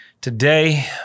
Today